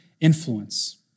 influence